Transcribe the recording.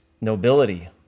nobility